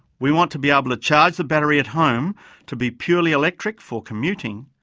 we want to be able to charge the battery at home to be purely electric for commuting,